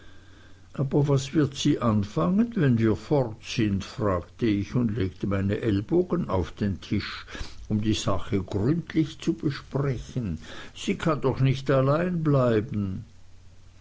aber was wird sie anfangen wenn wir fort sind fragte ich und legte meine ellbogen auf den tisch um die sache gründlich zu besprechen sie kann doch nicht allein bleiben